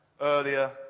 earlier